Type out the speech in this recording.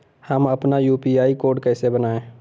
हम अपना UPI code कैसे बनाएँ?